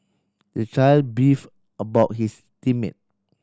the child beef about his team mate